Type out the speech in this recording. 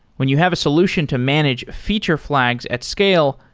when you have a solution to manage feature flags at scale,